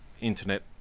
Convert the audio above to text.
internet